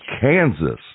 Kansas